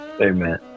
amen